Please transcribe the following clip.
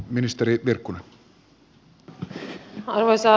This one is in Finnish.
arvoisa puhemies